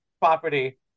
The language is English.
property